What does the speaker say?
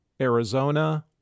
Arizona